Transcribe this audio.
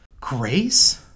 Grace